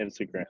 Instagram